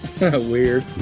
Weird